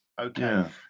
Okay